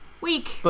week